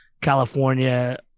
California